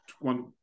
one